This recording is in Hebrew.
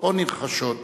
או נרכשות